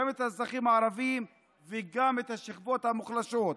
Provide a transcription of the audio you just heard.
גם את האזרחים הערבים וגם את השכבות המוחלשות.